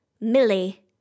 Millie